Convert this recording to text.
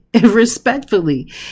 respectfully